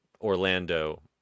Orlando